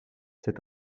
cet